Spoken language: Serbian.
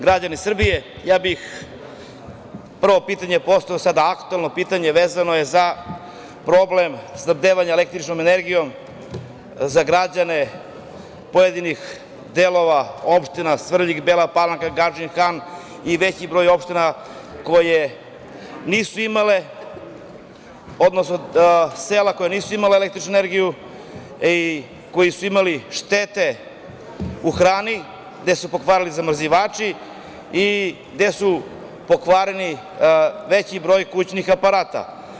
građani Srbije ja bih prvo pitanje postavio, sad aktuelno pitanje, vezano je za problem snabdevanja električnom energijom za građane pojedinih delova opština Svrljig, Bela Palanka, Gadžin Han, veći broj opština koje nisu imale, odnosno sela koja nisu imala električnu energiju i koji su imali štete u hrani, gde su se pokvarili zamrzivači, i gde su pokvareni veći broj kućnih aparata.